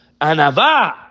anava